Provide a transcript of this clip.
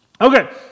Okay